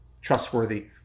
trustworthy